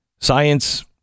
science